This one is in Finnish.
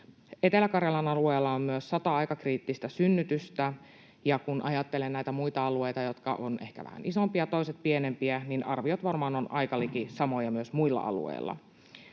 Etelä-Karjalan alueella on myös sata aikakriittistä synnytystä, ja kun ajattelen näitä muita alueita, jotka ovat ehkä vähän isompia, toiset pienempiä, niin arviot varmaan ovat aika liki samoja myös muilla alueilla.